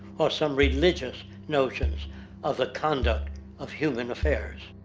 or some religion's notion of the conduct of human affairs.